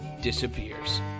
disappears